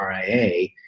RIA